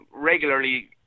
regularly